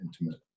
intimate